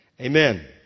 Amen